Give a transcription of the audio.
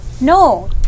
No